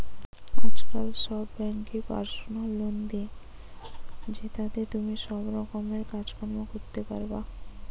আজকাল সব বেঙ্কই পার্সোনাল লোন দে, জেতাতে তুমি সব রকমের কাজ কর্ম করতে পারবা